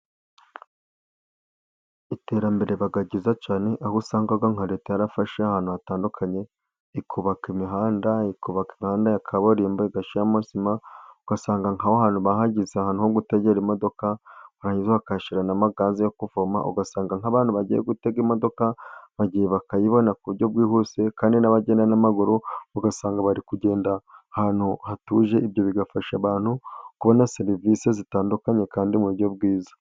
Iterambere riba ryiza cyane ,aho usanga nka leta yarafashe ahantu hatandukanye, ikubaka imihanda, ikubaka imihanda ya kaburimbo igashyiramo na sima, ugasanga nk'aho hantu bahagize ahantu ho gutegera imodoka, barangiza bakahashyira n'amagaze yo kuvoma ,ugasanga nk'abantu bagiye gutega imodoka bakayibona ku buryo bwihuse, kandi n'abagenda n'amaguru ugasanga bari kugenda ahantu hatuje, ibyo bigafasha abantu kubona serivisi zitandukanye ,kandi mu buryo bwiza.